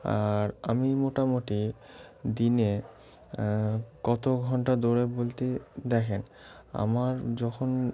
আর আমি মোটামুটি দিনে কত ঘণ্টা দৌড়াই বলতে দেখুন আমার যখন